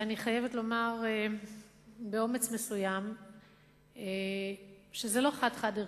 ואני חייבת לומר באומץ מסוים שזה לא חד-חד-ערכי.